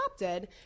adopted